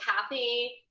Kathy